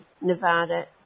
Nevada